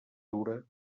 dura